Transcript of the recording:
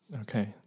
Okay